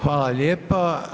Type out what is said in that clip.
Hvala lijepa.